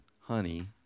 honey